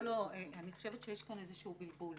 אני חושבת שיש כאן איזשהו בלבול.